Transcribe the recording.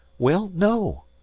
well, no.